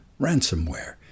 ransomware